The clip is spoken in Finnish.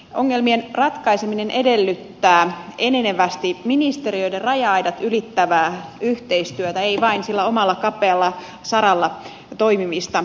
ongelmien ratkaiseminen edellyttää enenevästi ministeriöiden raja aidat ylittävää yhteistyötä ei vain sillä omalla kapealla saralla toimimista